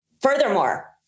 Furthermore